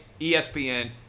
ESPN